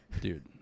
dude